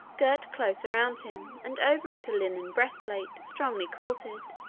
girt close around him, and over it a linen breast-plate, strongly quilted.